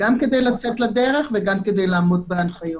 גם כדי לצאת לדרך וגם כדי לעמוד בהנחיות.